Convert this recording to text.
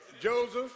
Joseph